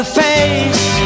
face